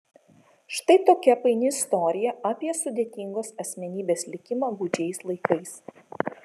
štai tokia paini istorija apie sudėtingos asmenybės likimą gūdžiais laikais